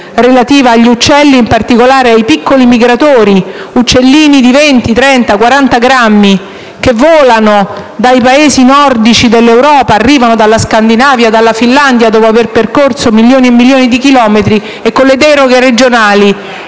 direttiva sugli uccelli e in particolare i piccoli migratori, uccellini dai 20 ai 40 grammi di peso che migrano dai Paesi nordici dell'Europa, arrivano dalla Scandinavia e dalla Finlandia, e dopo aver percorso migliaia e migliaia di chilometri, a causa delle deroghe regionali,